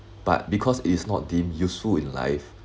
but because it is not deemed useful in life